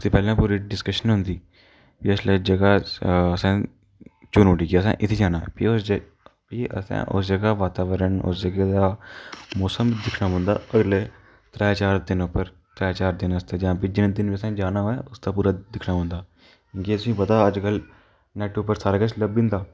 उसदी पैह्लें पूरी डिस्कशन होंदी जिसलै जगह् असें चूनू उड़ी ऐ की असें इ'त्थें जाना फ्ही उस जगह् फ्ही असें उस जगह् दा वातावरण उस जगह् दा मौसम दिक्खना पौंदा अगले त्रैऽ चार दिन उप्पर त्रैऽ चार दिनें बास्तै जां फ्ही जिस दिन तुसें जाना होऐ उसदा पूरा दिक्खना पौंदा कि असें ई पता अज्जकल नेट उप्पर सारा किश लब्भी जंदा